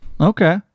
okay